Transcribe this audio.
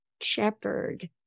shepherd